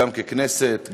גם ככנסת,